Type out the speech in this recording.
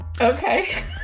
Okay